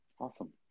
Awesome